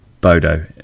Bodo